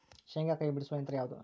ಶೇಂಗಾಕಾಯಿ ಬಿಡಿಸುವ ಯಂತ್ರ ಯಾವುದು?